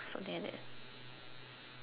something like that